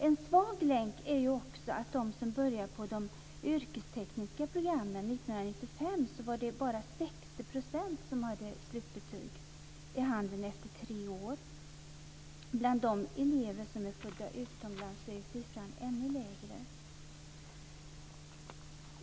En svag länk är att bland dem som började på de yrkestekniska programmen år 1995 hade bara 60 % slutbetyg i handen efter tre år. Bland elever födda utomlands är siffran ännu lägre.